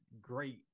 great